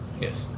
Yes